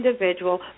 individual